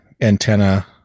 antenna